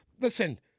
listen